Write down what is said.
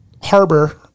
harbor